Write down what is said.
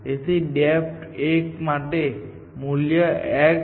તેથી ડેપ્થ 1 માટે કેટલાક મૂલ્ય x T થશે